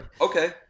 okay